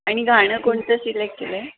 आणि गाणं कोणतं सिलेक्ट केलं आहे